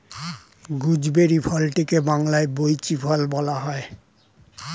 gooseberry ফলটিকে বাংলায় বৈঁচি ফল বলা হয়